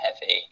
heavy